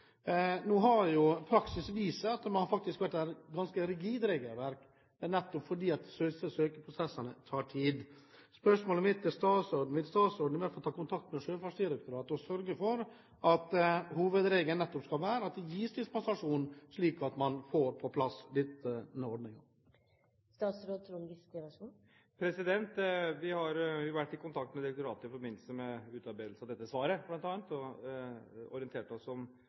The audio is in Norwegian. Nå har jo praksis vist at det faktisk er et ganske rigid regelverk, nettopp fordi søkeprosessene tar tid. Spørsmålet mitt er: Vil statsråden ta kontakt med Sjøfartsdirektoratet og sørge for at hovedregelen nettopp skal være at det gis dispensasjon, slik at man får på plass denne ordningen? Vi har vært i kontakt med direktoratet i forbindelse med utarbeidelse av dette svaret, bl.a., og ikke minst orientert oss om